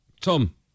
Tom